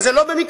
וזה לא במקרה.